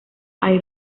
ahí